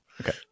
Okay